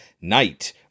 Night